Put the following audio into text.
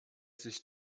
sich